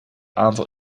aantal